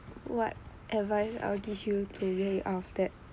what advice I will give you to get you out of debt